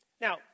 Now